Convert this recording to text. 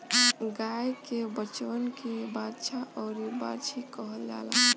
गाय के बचवन के बाछा अउरी बाछी कहल जाला